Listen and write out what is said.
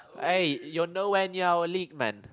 aye you are no where near our league man